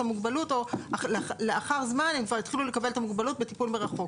המענים או לאחר זמן הם כבר התחילו לקבל את המענים בטיפול מרחוק.